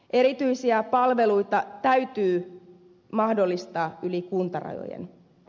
erityisiä palveluita täytyy mahdollistaa yli kuntarajojen